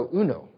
uno